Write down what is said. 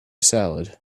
salad